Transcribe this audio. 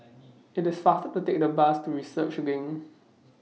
IT IS faster to Take The Bus to Research LINK